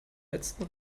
letzten